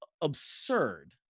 absurd